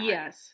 Yes